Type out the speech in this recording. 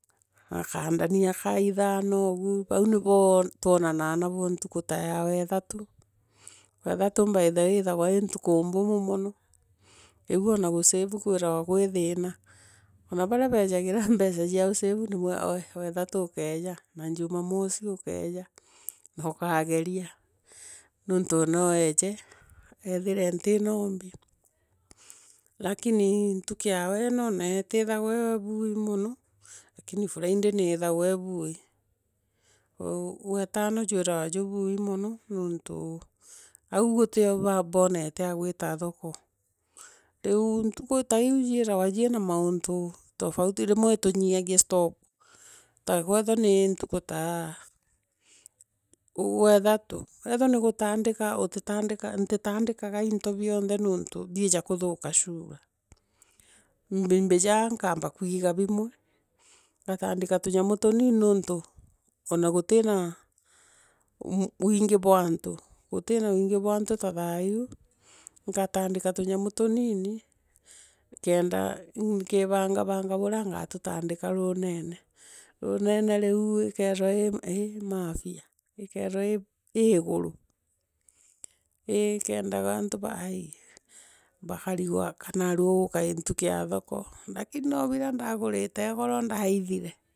na kandania ka ithano uugu bau niboo tuonanaa nabo ntuku ta ya gwa ithatu jwa ithatu by the way yiithagirwa uii ntuku mbumo mono igu ona gucibu kwithagirwa kwi thiina. Ona baria baijagira mbeca cia gucibu ndimuira gwe gwa ithatu ukaiyo na jumamosi ukaiya na ukageria nuntu noa aiye aithire nti nombi lakini ntuku weno naitithagirwa ibui mono lakini friday niithagirwa ibui oo gwa itano gwithairwa jubuu mono nuntu au gutii boonete agwita thoko Riu ntugu taiu githairwa ci na mauntu tofauti rimwe itu nyii thafia stock ta kwaithirwa ni ntuku taa gwa ithatu gwaithwa ni gutandika ufitandika ntitandikaa into bionthe niuntu biiya kuthuka cura mbiyaa nkaamba kuiga bimwe ngatandika tunyamu tuniini niuntu ona gutii na mmm winga bwa antu gutii na gwingi bwa antu ta thaa iiu ngaatandika tunyamu tuniini kenda nkiibanga banga buria ngatutandika ruunene ruunene riu ukethirwa yii mafia ukethirwa yii iguru ii kendaga antu baa aai bakarigwa kana ruu gukai ntuku ya thoko lakini noa biria ndaragurite igoro ndaithire.